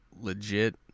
legit